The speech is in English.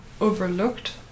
overlooked